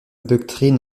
doctrine